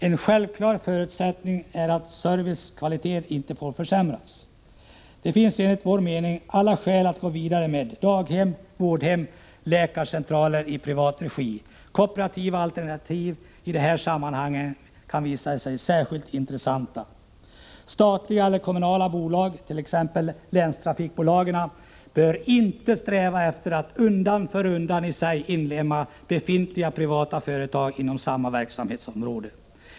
En självklar förutsättning är att kvaliteten på service inte får försämras. Det finns enligt vår mening alla skäl att gå vidare när det gäller daghem, vårdhem och läkarcentraler i privat regi. Kooperativa alternativ kan i de här sammanhangen visa sig särskilt intressanta. Statliga eller kommunala bolag, t.ex. länstrafikbolagen, bör inte sträva efter att undan för undan i sig inlemma befintliga privata företag inom samma verksamhetsområde.